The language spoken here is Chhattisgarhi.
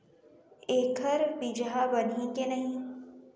एखर बीजहा बनही के नहीं?